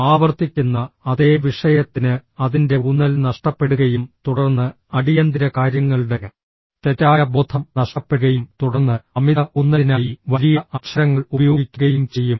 ആവർത്തിക്കുന്ന അതേ വിഷയത്തിന് അതിന്റെ ഊന്നൽ നഷ്ടപ്പെടുകയും തുടർന്ന് അടിയന്തിര കാര്യങ്ങളുടെ തെറ്റായ ബോധം നഷ്ടപ്പെടുകയും തുടർന്ന് അമിത ഊന്നലിനായി വലിയ അക്ഷരങ്ങൾ ഉപയോഗിക്കുകയും ചെയ്യും